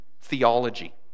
theology